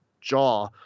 jaw